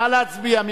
נא להצביע.